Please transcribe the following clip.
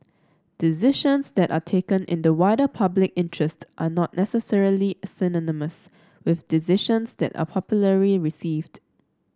decisions that are taken in the wider public interest are not necessarily synonymous with decisions that are popularly received